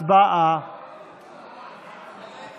הצבעה אחרונה בעניין